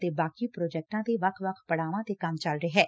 ਅਤੇ ਬਾਕੀ ਪ੍ਰੋਜੈਕਟਾ ਤੇ ਵੱਖ ਵੱਖ ਪੰਤਾਅ ਤੇ ਕੰਮ ਚੱਲ ਰਿਹੈ